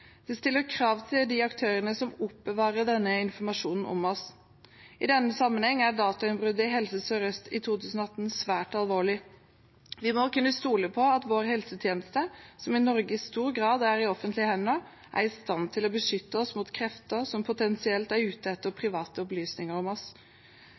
stiller krav til de aktørene som oppbevarer denne informasjonen om oss. I denne sammenheng er datainnbruddet i Helse Sør-Øst i 2018 svært alvorlig. Vi må kunne stole på at vår helsetjeneste, som i Norge i stor grad er i offentlige hender, er i stand til å beskytte oss mot krefter som potensielt er